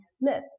Smith